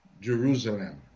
Jerusalem